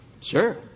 Sure